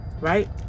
Right